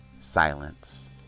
silence